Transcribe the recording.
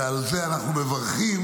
שעל זה אנחנו מברכים.